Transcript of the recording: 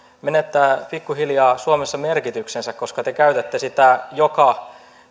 menettää pikkuhiljaa suomessa merkityksensä koska te käytätte sitä joka